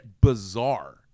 bizarre